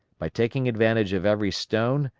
by taking advantage of every stone,